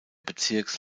bezirks